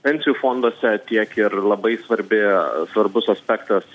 pensijų fonduose tiek ir labai svarbi svarbus aspektas